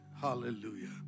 Hallelujah